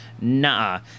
Nah